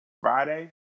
Friday